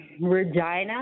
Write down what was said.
Regina